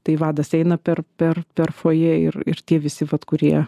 tai vadas eina per per per fojė ir ir tie visi vat kurie